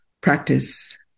practice